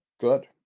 good